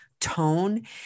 tone